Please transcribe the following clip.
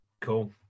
Cool